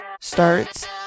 starts